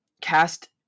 cast